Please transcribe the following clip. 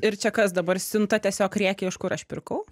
ir čia kas dabar siunta tiesiog rėkia iš kur aš pirkau